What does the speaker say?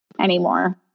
anymore